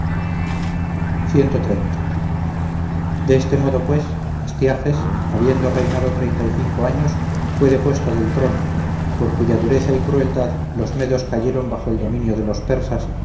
de este modo pues astiages habiendo reinado treinta y cinco años fue depuesto del trono por cuya dureza y crueldad los medos cayeron bajo el dominio de los persas